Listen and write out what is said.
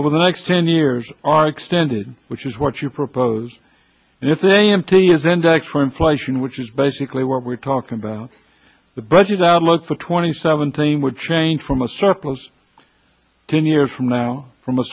over the next ten years are extended which is what you propose and if they empty is indexed for inflation which is basically what we're talking about the budget outlook for twenty seven thing would change from a surplus ten years from now from a